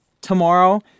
tomorrow